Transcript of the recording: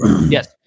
Yes